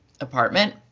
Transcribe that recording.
apartment